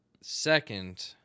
second